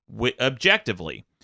objectively